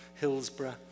Hillsborough